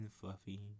fluffy